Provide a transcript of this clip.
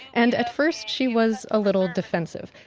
and at first she was a little defensive.